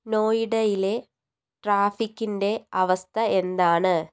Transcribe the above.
നോയിഡയിലെ ട്രാഫിക്കിൻ്റെ അവസ്ഥ എന്താണ്